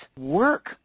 work